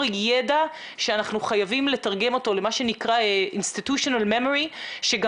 ידע שאנחנו חייבים לתרגם אותו למה שנקרא אינסטיטושנאל ממורי שגם